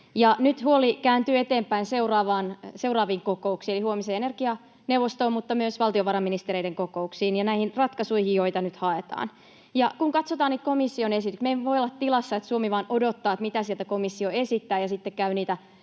nyt huoli kääntyy eteenpäin seuraaviin kokouksiin, eli huomiseen energianeuvostoon mutta myös valtiovarainministereiden kokouksiin, ja näihin ratkaisuihin, joita nyt haetaan. Kun katsotaan niitä komission esityksiä, me emme voi olla tilassa, että Suomi vain odottaa, mitä sieltä komissio esittää, ja sitten käy niihin